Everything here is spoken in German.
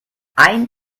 ein